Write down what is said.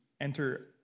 enter